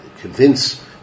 convince